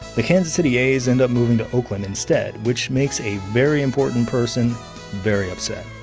the kansas city a's end up moving to oakland instead, which makes a very important person very upset.